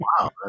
Wow